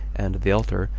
and the altar,